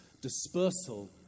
dispersal